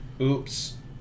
oops